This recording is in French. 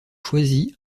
choisis